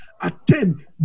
attend